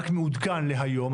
רק מעודכן להיום.